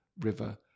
river